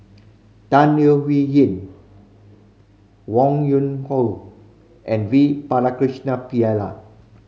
Tan Leo Wee Hin Wong Yoon Wah and V Pakirisamy Pillai